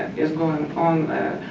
is going on,